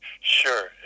Sure